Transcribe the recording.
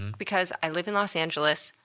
because i live in los angeles,